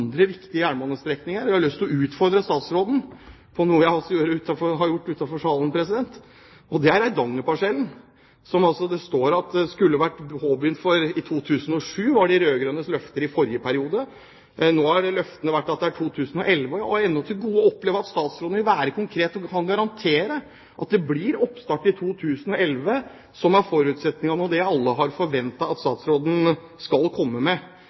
andre viktige jernbanestrekninger. Jeg har lyst til å utfordre statsråden på noe jeg også har gjort utenfor salen, og det er Eidangerparsellen, som det står skulle vært påbegynt i 2007. Det var de rød-grønnes løfte i forrige periode. Nå er løftet 2011. Jeg har ennå til gode å oppleve at statsråden vil være konkret og garantere at det blir oppstart i 2011, som var forutsetningen og det alle har forventet at statsråden skal komme med.